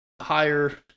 higher